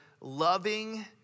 loving